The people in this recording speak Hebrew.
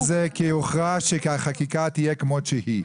אל תחזור לנושא הזה כי הוכרע שהחקיקה תהיה כמות שהיא.